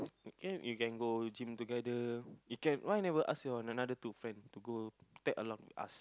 can we can go gym together we can why never ask your another two friend tag along with us